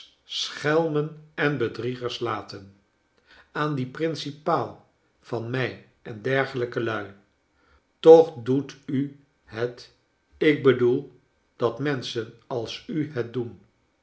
schelmen en bedriegers laten aan dien principaal van mij en dergelijke lui toch doet u het ik bedoel dat menschen als u het doen